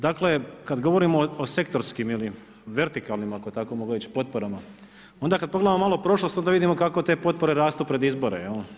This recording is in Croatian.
Dakle, kad govorimo o sektorskim ili vertikalnim, ako tako mogu reći potporama, onda kad pogledamo malo prošlost, onda vidimo kako te potpore rastu pred izbore.